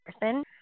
person